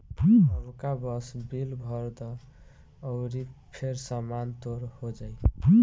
अबका बस बिल भर द अउरी फेर सामान तोर हो जाइ